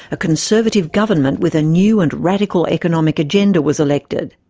a conservative government with a new and radical economic agenda was elected.